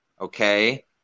okay